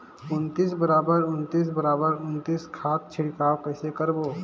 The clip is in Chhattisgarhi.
उन्नीस बराबर उन्नीस बराबर उन्नीस खाद छिड़काव कइसे करबो?